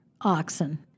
oxen